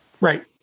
Right